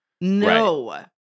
No